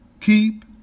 keep